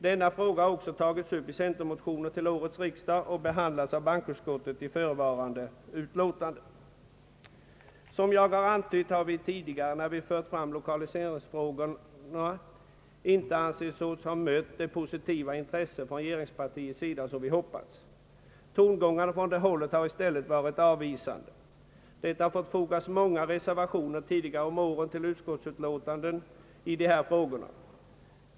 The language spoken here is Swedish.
Denna fråga har också tagits upp i centermotioner till årets riksdag och behandlas av bankoutskottet i förevarande utlåtande. Som jag antytt har vi tidigare när vi fört fram lokaliseringsfrågorna inte ansett oss ha mött det positiva intresse från regeringspartiets sida som vi hoppats. Tongångarna från det hållet har i stället varit avvisande. Det har fått fogas många reservationer tidigare om åren till utskottsutlåtanden om de här frågorna.